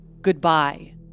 Goodbye